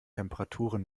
temperaturen